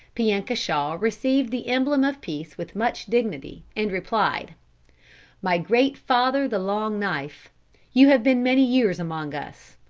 piankashaw received the emblem of peace with much dignity, and replied my great father the long knife you have been many years among us.